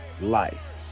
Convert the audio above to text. life